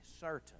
certain